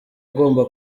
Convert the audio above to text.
agomba